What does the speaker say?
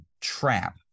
trap